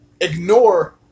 ignore